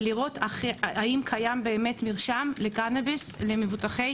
ולראות האם קיים באמת מרשם לקנביס למבוטחי